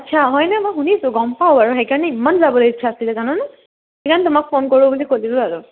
আচ্ছা হয়নে মই শুনিছোঁ গম পাওঁ আৰু সেইকাৰণে ইমান যাবলৈ ইচ্ছা আছিলে জানে সেইকাৰণে তোমাক ফোন কৰো বুলি কৰিলোঁ আৰু